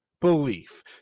belief